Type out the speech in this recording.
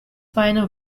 final